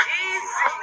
easy